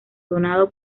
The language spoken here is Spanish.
donado